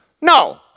No